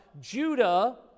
Judah